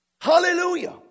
Hallelujah